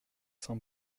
sans